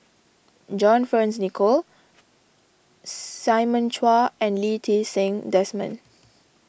John Fearns Nicoll Simon Chua and Lee Ti Seng Desmond